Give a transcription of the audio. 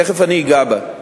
תיכף אני אגע בה.